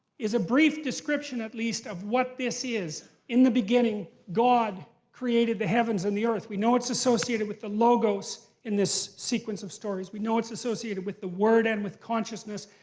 is a brief description, at least, of what this is. in the beginning, god created the heavens and the earth. we know it's associated with the logos in this sequence of stories. we know it's associated with the word and with consciousness.